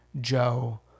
joe